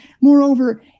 Moreover